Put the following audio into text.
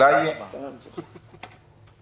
יש בידי גם את ההסתייגויות של חבר הכנסת יואב סגלוביץ'.